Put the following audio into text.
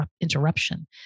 interruption